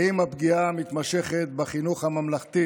האם הפגיעה המתמשכת בחינוך הממלכתי